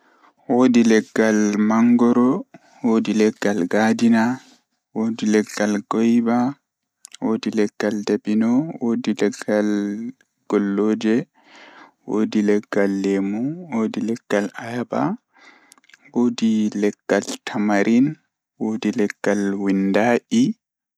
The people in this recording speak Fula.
Woodi leggal mangoro, woodi leggal gaadina, woodi leggal guava, woodi leggal debino woodi gollooje, woodi leggal lemu, woodi ayaba, woodi leggal tamarin woodi mundaa'e.